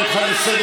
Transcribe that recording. זה פשוט לא נכון.